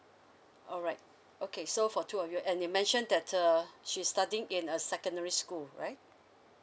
alright okay so for two of you and you mention that uh she's studying in a secondary school right